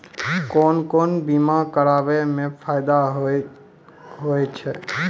कोन कोन बीमा कराबै मे फायदा होय होय छै?